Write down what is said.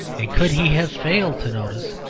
and could he have failed to notice,